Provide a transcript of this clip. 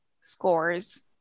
scores